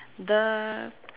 the